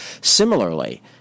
Similarly